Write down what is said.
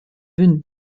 wynn